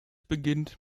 beginnt